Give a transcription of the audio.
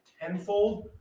tenfold